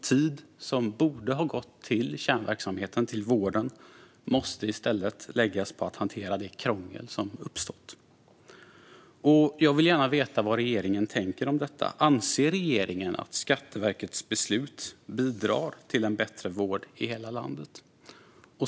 Tid som borde ha gått till kärnverksamheten, vården, måste i stället läggas på att hantera det krångel som uppstått. Jag vill gärna veta vad regeringen tänker om detta. Anser regeringen att Skatteverkets beslut bidrar till en bättre vård i hela landet?